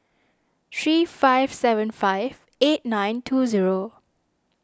three five seven five eight nine two zero